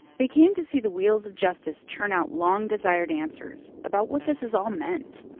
they came to see the wheels of justice turn out long-desired answers about what this has all meant,